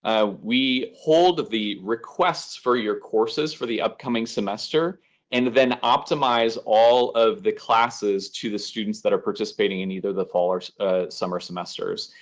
ah we hold the requests for your courses for the upcoming semester and then optimize all of the classes to the students that are participating in either the fall or summer semesters.